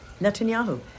Netanyahu